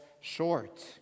short